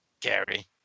Gary